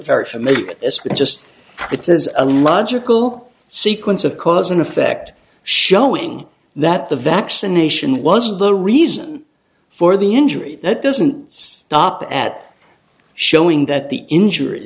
very familiar with this one just it's is a logical sequence of cause and effect showing that the vaccination was the reason for the injury that doesn't stop at showing that the injury